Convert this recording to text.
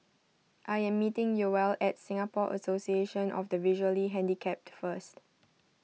I am meeting Yoel at Singapore Association of the Visually Handicapped first